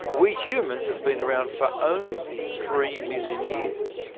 we humans have been around for only three million years.